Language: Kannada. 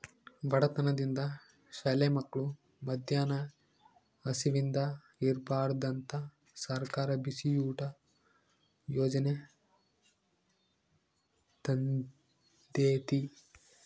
ಬಡತನದಿಂದ ಶಾಲೆ ಮಕ್ಳು ಮದ್ಯಾನ ಹಸಿವಿಂದ ಇರ್ಬಾರ್ದಂತ ಸರ್ಕಾರ ಬಿಸಿಯೂಟ ಯಾಜನೆ ತಂದೇತಿ